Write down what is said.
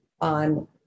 on